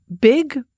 Big